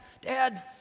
dad